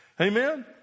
Amen